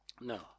No